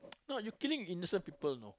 no you killing innocent people you know